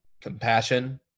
Compassion